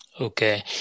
Okay